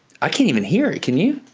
i can't even hear it, can you?